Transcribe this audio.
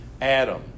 Adam